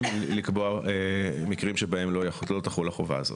לקבוע מקרים שבהם לא תחול החובה הזאת.